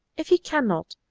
if you cannot,